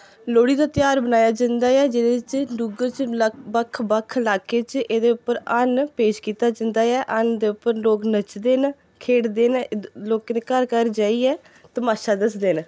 लोह्ड़ी दा ध्यार मनाया जंदा ऐ जेह्दे च डुग्गर च बक्ख बक्ख लाकें च एह्दे पर हरन पेश कीता जंदा ऐ हरन दे उप्पर लोक नचदे न खेढदे न लोकें दे घर घर जाइयै तमाशा दसदे न